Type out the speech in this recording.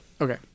Okay